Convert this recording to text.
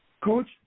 Coach